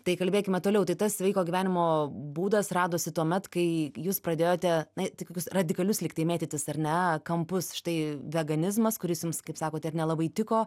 tai kalbėkime toliau tai tas sveiko gyvenimo būdas radosi tuomet kai jūs pradėjote na į tokius radikalius lyg tai mėtytis ar ne kampus štai veganizmas kuris jums kaip sakote nelabai tiko